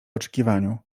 oczekiwaniu